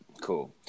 Cool